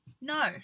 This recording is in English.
No